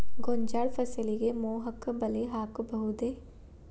ಗೋಂಜಾಳ ಫಸಲಿಗೆ ಮೋಹಕ ಬಲೆ ಹಾಕಬಹುದೇ?